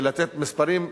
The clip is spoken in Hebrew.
ולתת מספרים,